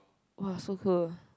!wah! so cool